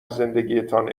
زندگیتان